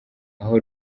aho